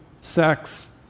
sex